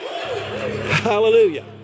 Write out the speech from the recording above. Hallelujah